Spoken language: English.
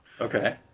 Okay